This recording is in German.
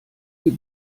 die